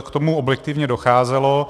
K tomu objektivně docházelo.